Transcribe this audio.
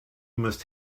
must